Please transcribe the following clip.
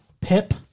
Pip